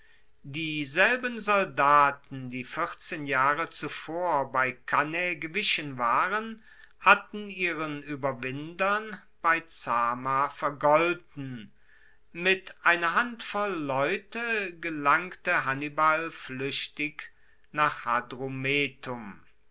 dieselben soldaten die vierzehn jahre zuvor bei cannae gewichen waren hatten ihren ueberwindern bei zama vergolten mit einer handvoll leute gelangte hannibal fluechtig nach